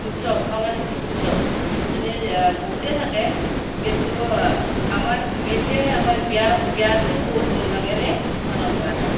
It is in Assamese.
উৎসৱ সাংস্কৃতিক উৎসৱ যেনে বহুতে থাকে কিন্তু আমাৰ মেইনলি আমাৰ বিয়া বিয়াটো বহুত ধুমধামেৰে পালন কৰা হয়